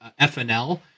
FNL